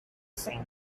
sink